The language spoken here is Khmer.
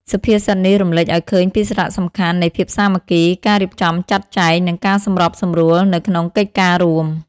សុភាសិតនេះរំលេចឲ្យឃើញពីសារៈសំខាន់នៃភាពសាមគ្គី ការរៀបចំចាត់ចែង និងការសម្របសម្រួលនៅក្នុងកិច្ចការរួម។